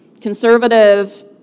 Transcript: conservative